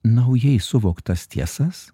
naujai suvoktas tiesas